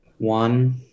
One